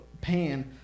pan